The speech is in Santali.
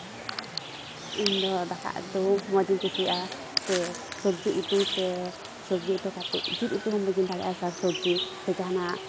ᱤᱧ ᱫᱚ ᱫᱟᱠᱟ ᱩᱛᱩ ᱢᱚᱡᱽ ᱤᱧ ᱠᱩᱥᱤᱭᱟᱜᱼᱟ ᱥᱮ ᱥᱚᱵᱽᱡᱤ ᱩᱛᱩ ᱥᱮ ᱥᱚᱵᱽᱡᱤ ᱩᱛᱩ ᱠᱟᱛᱮᱫ ᱡᱤᱞ ᱩᱛᱩ ᱦᱚᱸ ᱵᱷᱟᱹᱜᱤ ᱫᱟᱲᱮᱭᱟᱜᱼᱟ ᱥᱮ ᱥᱟᱠ ᱥᱚᱵᱽᱡᱤ ᱥᱮ ᱡᱟᱦᱟᱱᱟᱜ